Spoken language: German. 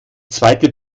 zweite